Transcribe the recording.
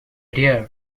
dear